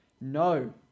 No